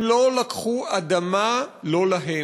הם לא לקחו אדמה לא להם.